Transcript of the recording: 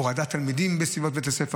הורדת תלמידים בסביבת בית הספר,